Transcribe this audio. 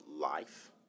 life